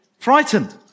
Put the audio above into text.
Frightened